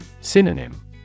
Synonym